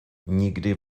nikdy